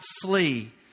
flee